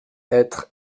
être